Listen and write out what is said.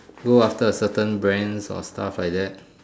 go after a certain brands or stuff like that